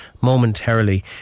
Momentarily